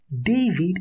David